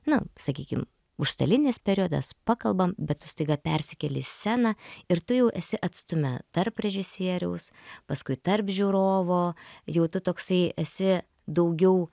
nu sakykim už stalinis periodas pakalbam bet staiga persikeli į sceną ir tu jau esi atstume tarp režisieriaus paskui tarp žiūrovo jau tu toksai esi daugiau